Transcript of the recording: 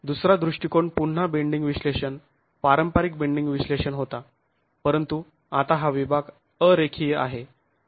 दुसरा दृष्टिकोन पुन्हा बेंडींग विश्लेषण पारंपारिक बेंडींग विश्लेषण होता परंतु आता हा विभाग अ रेखीय आहे